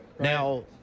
Now